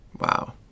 wow